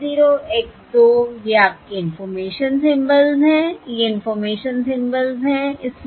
X 0 X 2 ये आपके information symbols हैं ये इंफॉर्मेशन सिंबल्स हैं